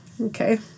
Okay